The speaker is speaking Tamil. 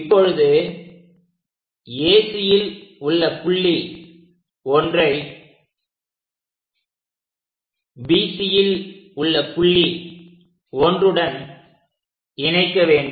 இப்பொழுது AC இல் உள்ள புள்ளி 1 ஐ BC இல் உள்ள புள்ளி 1 உடன் இணைக்க வேண்டும்